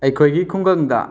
ꯑꯩꯈꯣꯏꯒꯤ ꯈꯨꯡꯒꯪꯗ